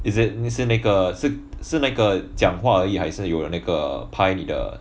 is it 是那个是是那个讲话而已还是有有那个拍你的